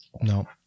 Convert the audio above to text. No